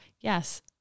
yes